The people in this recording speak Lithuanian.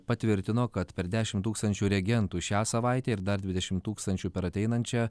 patvirtino kad per dešim tūkstančių reagentų šią savaitę ir dar dvidešim tūkstančių per ateinančią